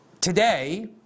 today